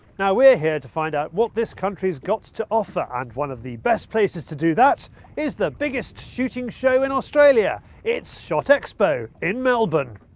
now we are here to find out what this country has got to offer. and one of the best places to do that is the biggest shooting show in australia. it is shot expo in melbourne.